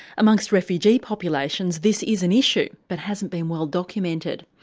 amongst refugee populations this is an issue that hasn't been well documented.